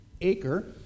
Acre